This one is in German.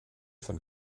von